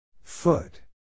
Foot